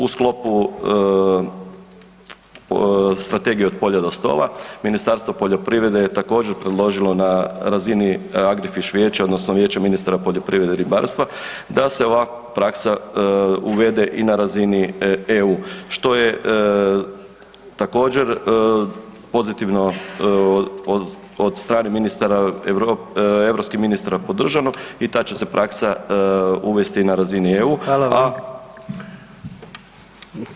U sklopu strategije „Od polja do stola“ Ministarstvo poljoprivrede je također predložila na razini AGRIFISH vijeće odnosno Vijeće ministara poljoprivrede i ribarstva da se ova praksa uvede i na razini EU, što je također pozitivno od strane europskih ministara podržano, i ta će se praksa uvesti na razini EU [[Upadica predsjednik: Hvala vam.]] a